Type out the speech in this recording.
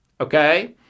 Okay